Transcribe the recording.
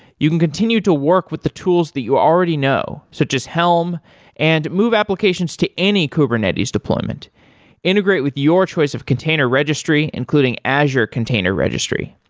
you can continue to work with the tools that you already know, so just helm and move applications to any kubernetes deployment integrate with your choice of container registry, including azure container registry.